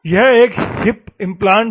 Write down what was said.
यह एक hip implant है